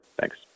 Thanks